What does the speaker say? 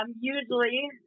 usually